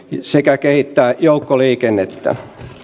sekä kehittää joukkoliikennettä